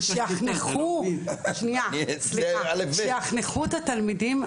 שיחְנכו את התלמידים.